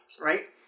right